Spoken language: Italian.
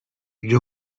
gli